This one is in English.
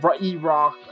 E-Rock